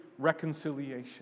reconciliation